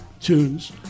tunes